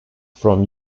from